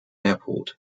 airport